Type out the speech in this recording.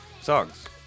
songs